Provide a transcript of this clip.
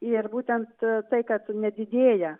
ir būtent tai kad nedidėja